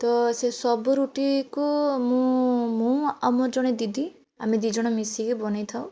ତ ସେସବୁ ରୁଟିକୁ ମୁଁ ମୁଁ ଆଉ ମୋର ଜଣେ ଦିଦି ଆମେ ଦୁଇଜଣ ମିଶିକି ବନାଇଥାଉ